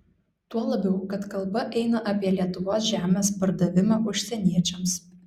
tuo labiau kad kalba eina apie lietuvos žemės pardavimą užsieniečiams